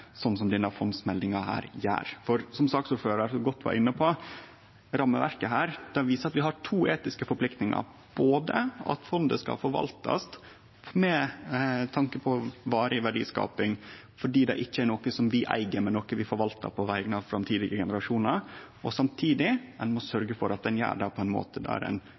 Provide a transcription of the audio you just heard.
som denne fondsmeldinga gjer. For som saksordføraren så godt var inne på: Rammeverket her viser at vi har to etiske forpliktingar. Fondet skal forvaltast med tanke på varig verdiskaping, fordi det er ikkje noko som vi eig, men noko vi forvaltar på vegner av framtidige generasjonar. Samtidig må ein sørgje for at ein gjer det på ein måte der ein